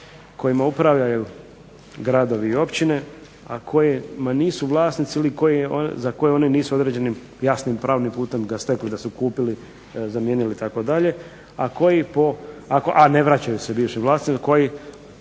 kojima upravljaju gradovi i općine a kojima nisu vlasnici, ili za koje oni nisu određenim jasnim pravnim putem ga stekli, da su kupili, zamijenili itd., a koji po, a ne vraćaju se bivšim vlasnicima, koji